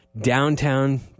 Downtown